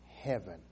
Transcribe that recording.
heaven